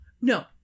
No